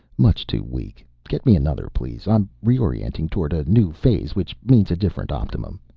much too weak. get me another, please. i'm reorienting toward a new phase, which means a different optimum,